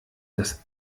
das